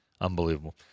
Unbelievable